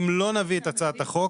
אם לא נביא את הצעת החוק